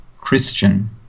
Christian